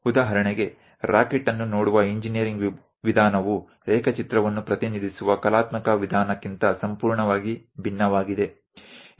ઉદાહરણ તરીકે રોકેટને જોવાની ઇજનેરી રીત ચિત્રકામ ને રજૂઆત કરવાની કલાત્મક રીતથી સંપૂર્ણપણે અલગ છે